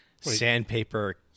sandpaper